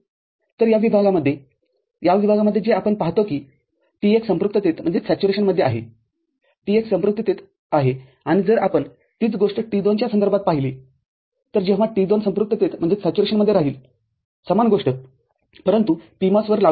तर या विभागामध्ये या विभागामध्येजे आपण पाहतो की T१ संपृक्ततेत आहे T१ संपृक्ततेत आहे आणि जर आपण तीच गोष्ट T२ च्या संदर्भात पाहिली तरजेव्हा T२ संपृक्ततेत राहील समान गोष्ट परंतु PMOS वर लागू केली